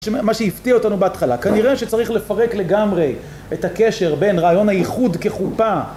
מה שהפתיע אותנו בהתחלה כנראה שצריך לפרק לגמרי את הקשר בין רעיון הייחוד כחופה